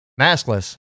maskless